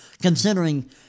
considering